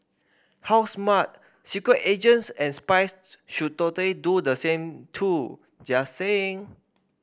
how smart secret agents and spies should total do the same too just saying